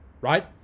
right